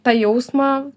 tą jausmą